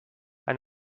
and